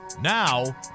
Now